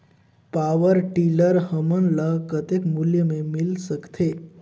Power tiller हमन ल कतेक मूल्य मे मिल सकथे?